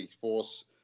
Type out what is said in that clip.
Force